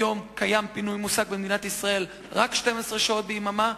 היום קיים פינוי מוסק במדינת ישראל רק 12 שעות ביממה,